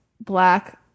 black